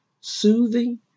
soothing